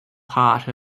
part